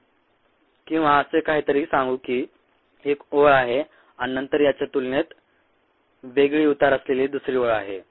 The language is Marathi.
2 किंवा असे काहीतरी सांगू की ही एक ओळ आहे आणि नंतर याच्या तुलनेत वेगळी उतार असलेली दुसरी ओळ आहे